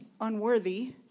unworthy